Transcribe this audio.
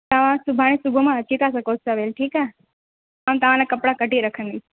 तव्हां सुभाणे सुबुहु मां अची था सघो सवेल ठीकु आहे मां तव्हां लाइ कपिड़ा कढी रखंदसि